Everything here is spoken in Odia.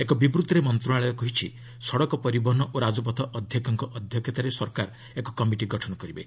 ଏକ ବିବୃତ୍ତିରେ ମନ୍ତ୍ରଣାଳୟ କହିଛି ସଡ଼କ ପରିବହନ ଓ ରାଜପଥ ଅଧ୍ୟକ୍ଷଙ୍କ ଅଧ୍ୟକ୍ଷତାରେ ସରକାର ଏକ କମିଟି ଗଠନ କରିବେ